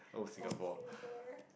old Singapore